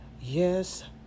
yes